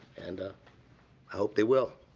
and i hope they will.